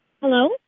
Hello